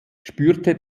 spürte